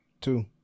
Two